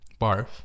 Barf